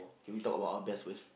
can we talk about our best first